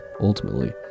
ultimately